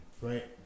right